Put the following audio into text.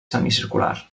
semicircular